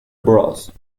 bros